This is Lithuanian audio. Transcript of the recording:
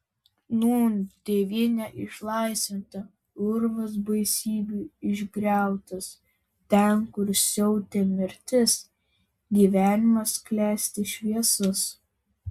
nūn tėvynė išlaisvinta urvas baisybių išgriautas ten kur siautė mirtis gyvenimas klesti šviesus